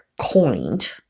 coined